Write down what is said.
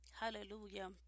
Hallelujah